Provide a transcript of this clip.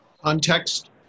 Context